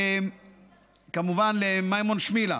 כמובן למימון שמילה,